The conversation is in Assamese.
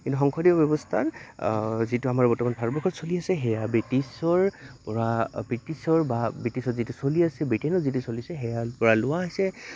কিন্তু সাংসদীয় ব্যৱস্থা যিটো আমাৰ বৰ্তমান ভাৰতবৰ্ষত চলি আছে সেয়া ব্ৰিটিছৰ পৰা ব্ৰিটিছৰ বা ব্ৰিটিছত যিটো চলি আছে ব্ৰিটেইনৰ যিটো চলিছে সেয়াৰ পৰা লোৱা হৈছে